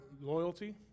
loyalty